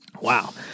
Wow